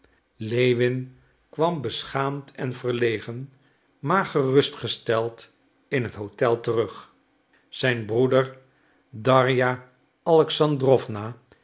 lewin kwam beschaamd en verlegen maar gerustgesteld in het hotel terug zijn broeder darja alexandrowna